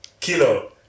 Kilo